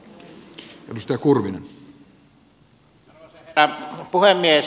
arvoisa herra puhemies